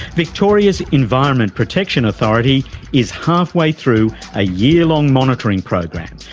victoria's environment protection authority is half-way through a yearlong monitoring program,